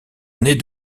année